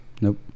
Nope